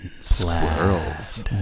Squirrels